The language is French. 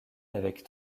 avec